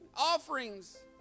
offerings